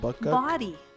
body